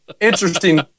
interesting